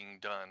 done